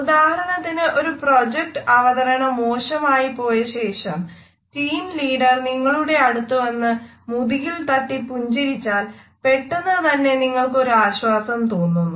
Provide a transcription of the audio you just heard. ഉദാഹരണത്തിന് ഒരു പ്രൊജക്റ്റ് അവതരണം മോശമായി പോയ ശേഷം ടീം ലീഡർ നിങ്ങളുടെ അടുത്തുവന്നു മുതുകിൽ തട്ടി പുഞ്ചിരിച്ചാൽ പെട്ടെന്ന് തന്നെ നിങ്ങൾക്കൊരു ആശ്വാസം തോന്നുന്നു